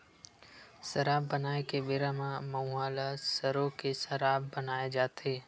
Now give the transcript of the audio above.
सराब बनाए के बेरा म मउहा ल सरो के सराब बनाए जाथे